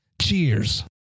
Cheers